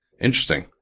Interesting